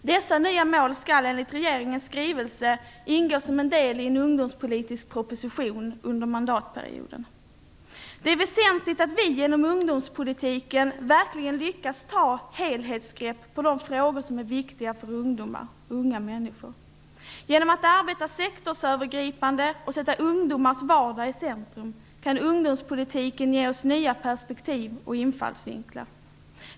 Dessa nya mål skall, enligt regeringens skrivelse om ungdomsfrågor, ingå som en del i en ungdomspolitisk proposition under mandatperioden. Det är väsentligt att vi genom ungdomspolitiken verkligen lyckas ta ett helhetsgrepp på de frågor som är viktiga för unga människor. Genom att arbeta sektorsövergripande och sätta ungdomars vardag i centrum kan ungdomspolitiken ge oss nya perspektiv och infallsvinklar.